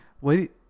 wait